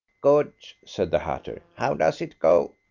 good, said the hatter. how does it go?